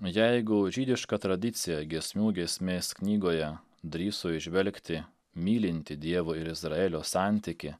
jeigu žydiška tradicija giesmių giesmės knygoje drįso įžvelgti mylintį dievo ir izraelio santykį